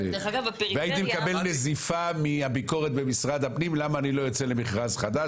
והייתי מקבל נזיפה מהביקורת במשרד הפנים למה אני לא יוצא למכרז חדש.